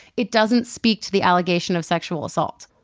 it doesn't speak to the allegation of sexual assault.